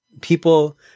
people